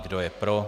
Kdo je pro?